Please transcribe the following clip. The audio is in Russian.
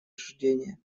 рождения